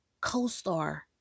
co-star